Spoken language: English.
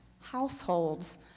Households